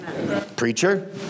Preacher